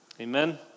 Amen